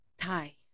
Thai